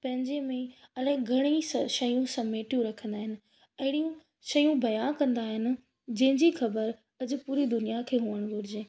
पंहिंजे में ई अलाए घणईं स शयूं समेटियूं रखंदा आहिनि अहिड़ियूं शयूं बयानु कंदा आहिनि जंहिं जी ख़बर अॼु पूरी दुनिया खे हुअणु घुरिजे